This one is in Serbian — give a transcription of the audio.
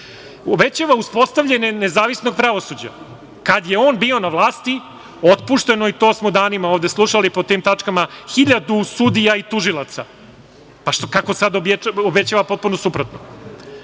uspostavljene nezavisnost pravosuđa. Kad je on bio na vlasti otpušteno je, to smo danima ovde slušali po tim tačkama, 1.000 sudija i tužilaca. Kako sad obećava potpuno suprotno? Inače,